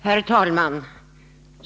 Herr talman!